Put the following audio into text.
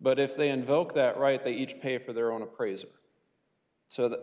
but if they invoke that right they each pay for their own appraiser so that